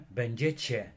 będziecie